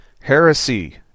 heresy